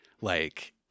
Like-